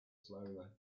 slowly